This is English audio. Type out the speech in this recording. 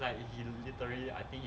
like you literally I think